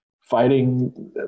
fighting